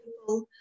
people